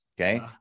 Okay